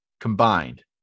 combined